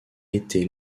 été